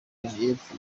y’epfo